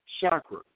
chakra